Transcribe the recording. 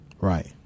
Right